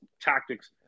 tactics